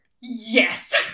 Yes